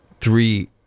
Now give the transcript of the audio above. three